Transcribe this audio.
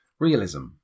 Realism